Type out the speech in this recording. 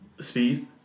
speed